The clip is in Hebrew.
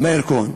מאיר כהן?